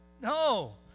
No